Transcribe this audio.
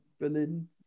Berlin